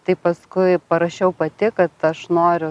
tai paskui parašiau pati kad aš noriu